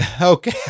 Okay